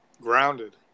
Grounded